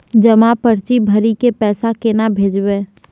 जमा पर्ची भरी के पैसा केना भेजबे?